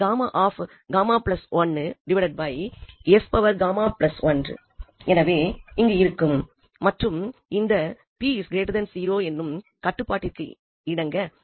இந்த எனவே இங்கு இருக்கும் மற்றும் இந்த p0 எனும் கட்டுப்பாட்டிற்கு இணங்க அதாவது